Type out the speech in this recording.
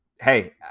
hey